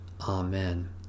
Amen